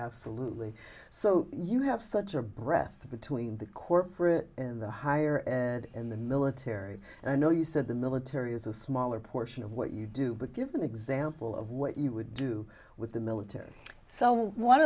absolutely so you have such a breath between the corporate in the hire and in the military and i know you said the military is a smaller portion of what you do but give an example of what you would do with the military so one